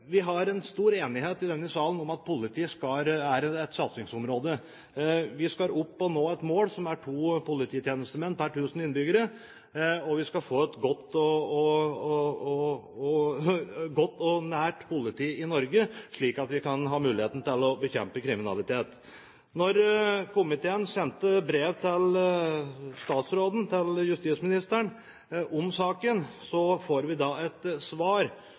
Vi har en stor enighet i denne salen om at politiet er et satsingsområde. Vi skal nå et mål, som er to polititjenestemenn per 1 000 innbyggere, og vi skal få et godt og nært politi i Norge, slik at vi kan ha muligheten til å bekjempe kriminalitet. Da komiteen sendte brev til statsråden, til justisministeren, om saken, fikk vi et svar,